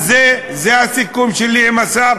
זה הסיכום שלי עם השר.